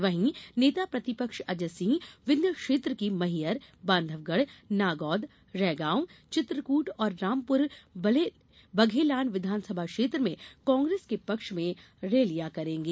वहीं नेता प्रतिपक्ष अजय सिंह विन्ध्य क्षेत्र की मैहर बांधवगढ़ नागौद रैगॉव चित्रकुट और रामपुर बघेलान विधानसभा क्षेत्र में कांग्रेस के पक्ष में रैलियां करेंगे